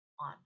on